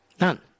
None